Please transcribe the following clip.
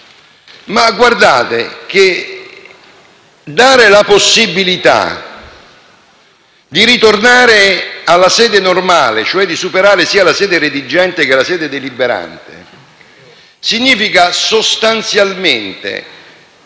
ma guardate che dare la possibilità di tornare alla sede normale, cioè di superare sia la sede redigente che la sede deliberante, significa sostanzialmente